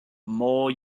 more